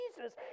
Jesus